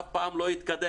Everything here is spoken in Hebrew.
אף פעם לא יתקדם,